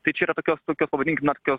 tai čia yra tokios tokio pavadinkim na tokios